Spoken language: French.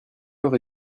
heure